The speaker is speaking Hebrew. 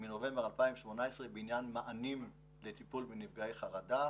מנובמבר 2018 בעניין מענים לטיפול בנפגעי חרדה.